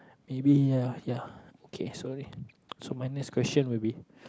maybe ya ya okay slowly so my next question will be